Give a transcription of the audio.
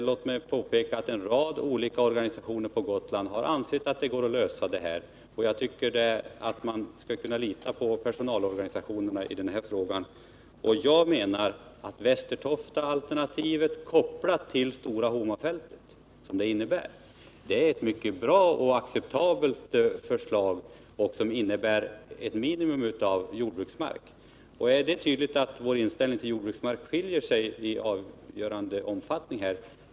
Låt mig också påpeka att en rad olika organisationer på Gotland har ansett att detta går att lösa, och jag tycker att man bör lita på personalorganisationerna i den här frågan. Enligt min mening är Västertoftaalternativet kopplat till Stora Homa-alternativet ett mycket bra och acceptabelt förslag som tar i anspråk ett minimum av jordbruksmark. Det är tydligt att vår inställning till frågan om jordbruksmark skiljer sig i avgörande omfattning.